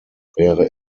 wäre